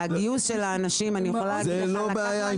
זאת לא בעיה.